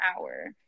hour